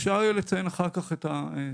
אפשר יהיה לציין אחר כך את הסכומים.